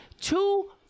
two